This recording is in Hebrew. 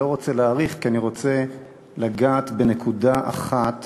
ואני לא רוצה להאריך כי אני רוצה לגעת בנקודה אחת